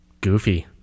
goofy